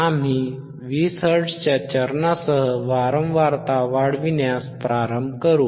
आम्ही 20 हर्ट्झच्या चरणासह वारंवारता वाढविण्यास प्रारंभ करू